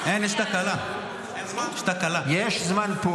--- חברת הכנסת ביטון,